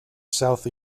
south